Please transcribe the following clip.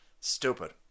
Stupid